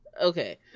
okay